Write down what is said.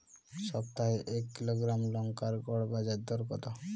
সপ্তাহে এক কিলোগ্রাম লঙ্কার গড় বাজার দর কতো?